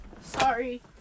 Sorry